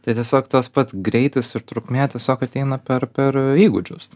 tai tiesiog tas pats greitis ir trukmė tiesiog ateina per per įgūdžius